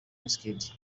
wizkid